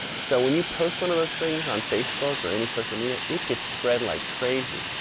so, when you post one of those things on facebook or any social media, it gets spread like crazy.